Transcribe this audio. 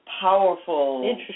powerful